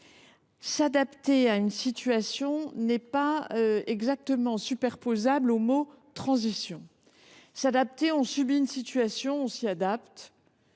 S’adapter à une situation n’est pas exactement superposable au mot « transition ». S’adapter, c’est subir une situation et s’y